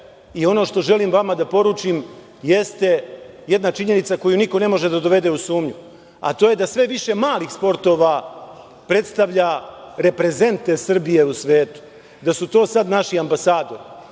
Ono što želim vama da poručim, jeste jedna činjenica koju niko ne može da dovede u sumnju, a to je da sve više malih sportova predstavlja reprezente Srbije u svetu, da su to sad naši ambasadori.